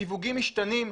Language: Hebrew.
הסיווגים משתנים,